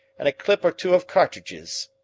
and a clip or two of cartridges